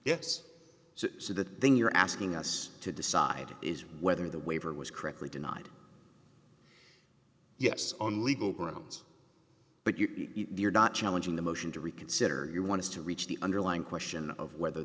that then you're asking us to decide is whether the waiver was correctly denied yes on legal grounds but you are not challenging the motion to reconsider you want to reach the underlying question of whether